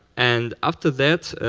and after that,